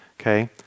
Okay